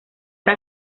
era